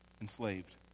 enslaved